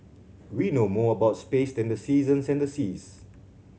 we know more about space than the seasons and the seas